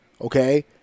Okay